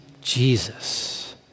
Jesus